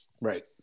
right